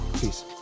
Peace